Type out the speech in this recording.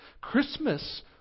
Christmas